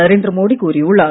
நரேந்திர மோடி கூறியுள்ளார்